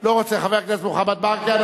לא רוצה, חבר הכנסת מוחמד ברכה.